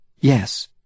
Yes